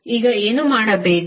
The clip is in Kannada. ಈಗ ಏನು ಮಾಡಬೇಕು